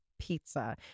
Pizza